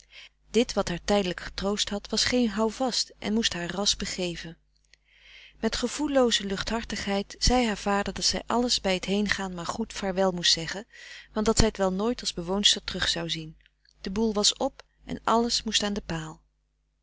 dit wat haar tijdelijk getroost had was geen houvast en moest haar ras begeven met gevoellooze luchthartigheid zei haar vader dat zij alles bij t heengaan maar goed vaarwel moest zeggen want dat zij t wel nooit als bewoonster terug zou zien de boel was p en alles moest aan de paal